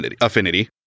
affinity